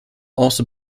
also